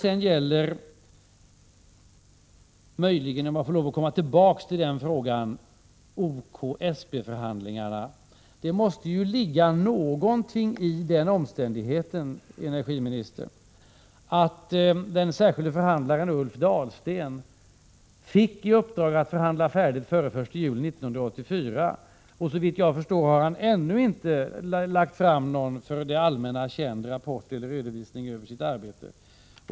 Om jag får lov att komma tillbaka till frågan om förhandlingarna mellan OK och SP vill jag säga att det måste ligga någonting i den omständigheten, energiministern, att den särskilde förhandlaren Ulf Dahlsten fick i uppdrag att förhandla färdigt före den 1 juli 1984. Såvitt jag förstår har han ännu inte lagt fram någon för det allmänna känd rapport över eller redovisning av sitt arbete.